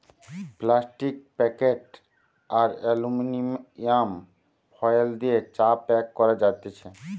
plastic packet আর aluminium foil দিয়ে চা প্যাক করা যাতেছে